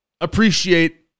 Appreciate